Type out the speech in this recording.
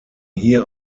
hier